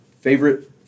Favorite